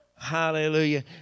Hallelujah